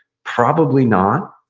probably not,